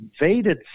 invaded